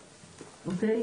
אוקיי?